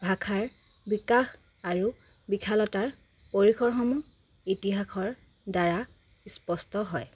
ভাষাৰ বিকাশ আৰু বিশালতাৰ পৰিসৰসমূহ ইতিহাসৰ দ্বাৰা স্পষ্ট হয়